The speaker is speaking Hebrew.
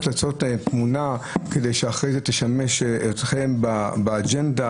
ולנסות לעשות תמונה כדי שאחרי זה תשמש אתכם באג'נדה